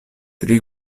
tri